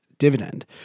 dividend